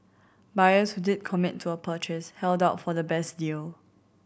buyers who did commit to a purchase held out for the best deal